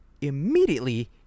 immediately